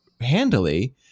handily